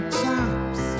chops